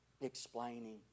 explaining